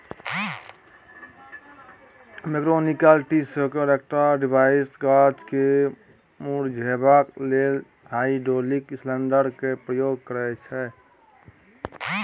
mechanical tree shaker एकटा device गाछ केँ मुरझेबाक लेल हाइड्रोलिक सिलेंडर केर प्रयोग करय छै